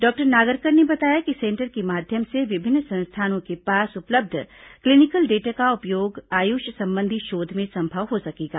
doctor Nagarkar ने बताया कि सेंटर के माध्यम से विभिन्न संस्थानों के पास उपलब्ध क्लीनिकल डेटा का उपयोग आयुष संबंधी शोध में संभव हो सकेगा